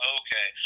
okay